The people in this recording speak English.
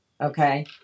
Okay